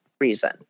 reason